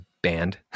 band